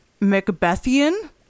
Macbethian